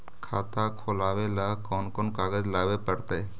खाता खोलाबे ल कोन कोन कागज लाबे पड़तै?